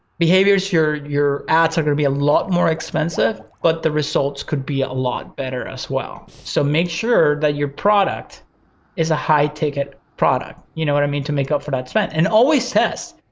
behaviors, your your ads are gonna be a lot more expensive, but the results could be a lot better as well. so make sure that your product is a high ticket product. you know what i mean, to make up for that spent and always says,